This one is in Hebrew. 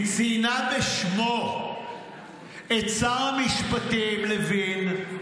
היא ציינה בשמו את שר המשפטים לוין,